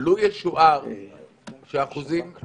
אני אתך